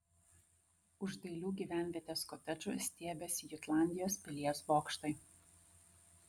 už dailių gyvenvietės kotedžų stiebėsi jutlandijos pilies bokštai